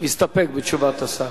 מסתפק בתשובת השר.